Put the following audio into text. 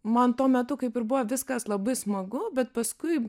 man tuo metu kaip ir buvo viskas labai smagu bet paskui